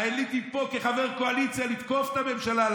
ועליתי פה כחבר קואליציה לתקוף את הממשלה על